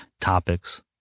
Topics